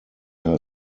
are